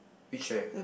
which chair